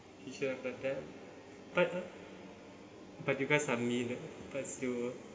you should have let them but but you guys are mean but still